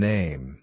Name